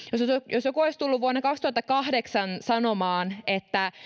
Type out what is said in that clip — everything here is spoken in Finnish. jos joku olisi tullut vuonna kaksituhattakahdeksan sanomaan että